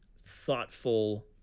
thoughtful